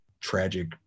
tragic